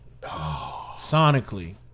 Sonically